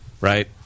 Right